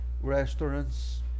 restaurants